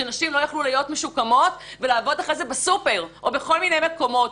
שנשים לא יכלו להיות משוקמות ולעבוד אחרי זה בסופר או בכל מיני מקומות.